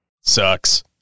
Sucks